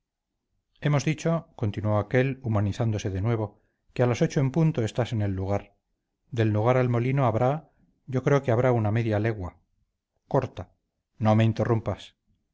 hemos dicho continuó aquél humanizándose de nuevo que a las ocho en punto estás en el lugar del lugar al molino habrá yo creo que habrá una media legua corta no me interrumpas